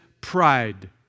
pride